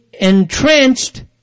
entrenched